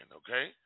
okay